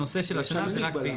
הנושא של השנה זה רק.